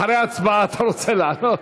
אחרי ההצבעה אתה רוצה לעלות?